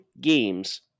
games